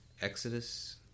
Exodus